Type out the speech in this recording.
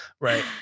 Right